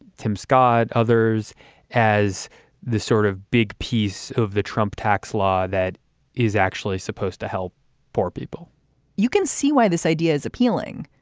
tim scott, others as the sort of big piece of the trump tax law that is actually supposed to help poor people you can see why this idea is appealing.